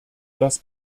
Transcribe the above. das